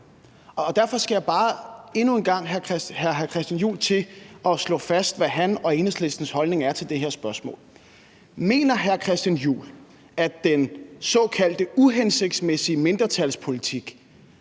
Christian Juhl til at slå fast, hvad hans og Enhedslistens holdning er til det her spørgsmål. Mener hr. Christian Juhl, at den såkaldte uhensigtsmæssige mindretalspolitik